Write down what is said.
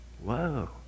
Whoa